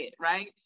right